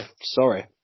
Sorry